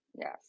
Yes